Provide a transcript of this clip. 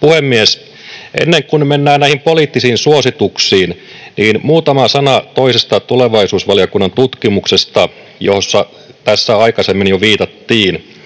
Puhemies! Ennen kuin mennään näihin poliittisiin suosituksiin, niin muutama sana toisesta tulevaisuusvaliokunnan tutkimuksesta, johon tässä jo aikaisemmin viitattiin.